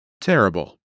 Terrible